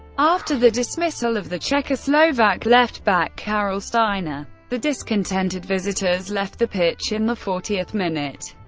after the dismissal of the czechoslovak left-back karel steiner, the discontented visitors left the pitch in the fortieth minute.